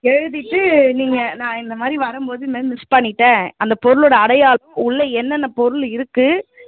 எழுதிவிட்டு நீங்கள் நான் இந்த மாதிரி வரும்போது இந்த மாதிரி மிஸ் பண்ணிவிட்டேன் அந்த பொருளோடய அடையாளம் உள்ளே என்னென்ன பொருள் இருக்குது